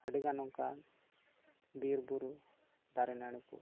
ᱟᱹᱰᱤᱜᱟᱱ ᱚᱱᱠᱟᱱ ᱵᱤᱨᱼᱵᱩᱨᱩ ᱫᱟᱨᱮᱼᱱᱟᱹᱲᱤ ᱠᱚ